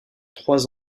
trois